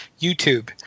YouTube